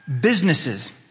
businesses